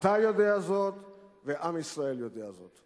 אתה יודע זאת ועם ישראל יודע זאת.